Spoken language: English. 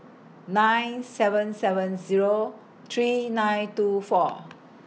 nine seven seven Zero three nine two four